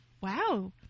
wow